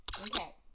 Okay